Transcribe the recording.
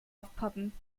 aufpoppen